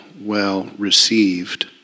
well-received